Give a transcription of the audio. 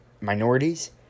minorities